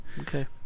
Okay